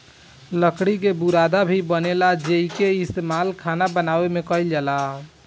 लकड़ी से बुरादा भी बनेला जेइके इस्तमाल खाना बनावे में कईल जाला